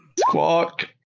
Squawk